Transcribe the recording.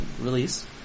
release